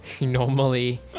normally